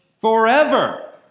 forever